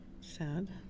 Sad